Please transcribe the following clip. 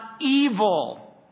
evil